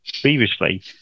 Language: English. previously